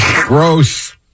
Gross